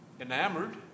enamored